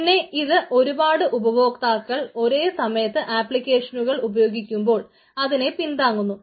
പിന്നെ അത് ഒരുപാട് ഉപഭോക്താക്കൾ ഒരേ സമയത്ത് ആപ്ലിക്കേഷനുകൾ ഉപയോഗിക്കുമ്പോൾ അതിനെ പിന്താങ്ങുന്നു